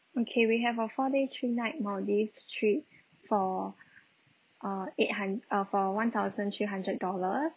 okay we have a four day three night maldives trip for err eight hund~ uh for one thousand three hundred dollars